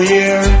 Year